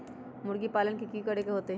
मुर्गी पालन ले कि करे के होतै?